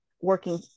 working